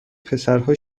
پسرها